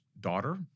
daughter